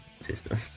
system